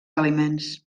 aliments